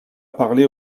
parler